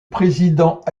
président